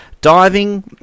Diving